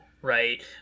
Right